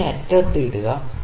അങ്ങേയറ്റത്തെ അറ്റത്ത് ഇടുക